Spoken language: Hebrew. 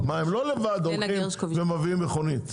הם לא לבד הולכים ומביאים מכונית,